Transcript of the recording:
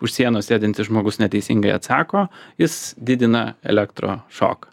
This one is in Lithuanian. už sienos sėdintis žmogus neteisingai atsako jis didina elektrošoką